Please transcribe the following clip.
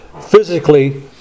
physically